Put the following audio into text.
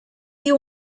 you